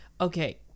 Okay